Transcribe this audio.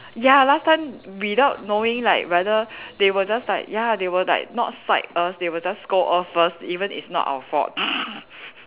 ya last time without knowing like rather they will just like ya they will like not side us they will just scold us first even not our fault